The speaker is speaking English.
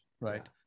Right